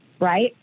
Right